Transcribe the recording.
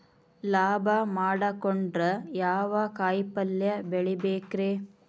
ಲಾಭ ಮಾಡಕೊಂಡ್ರ ಯಾವ ಕಾಯಿಪಲ್ಯ ಬೆಳಿಬೇಕ್ರೇ?